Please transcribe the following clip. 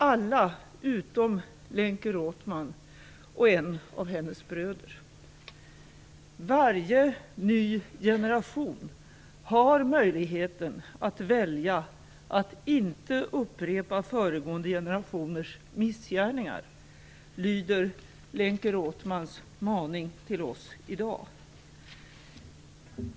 Alla, utom Lenke "Varje ny generation har möjligheten att välja, att inte upprepa föregående generationers missgärningar", lyder Lenke Rothmans maning till oss i dag.